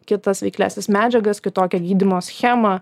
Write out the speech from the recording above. kitas veikliąsias medžiagas kitokio gydymo schemą